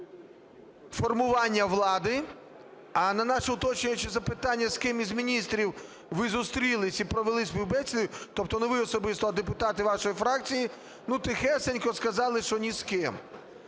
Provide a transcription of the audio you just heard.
формування влади, а на наше уточнююче запитання, з ким із міністрів ви зустрілися і провели співбесіди, тобто не ви особисто, а депутати вашої фракції, ну тихесенько сказали, що ні з ким.